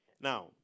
Now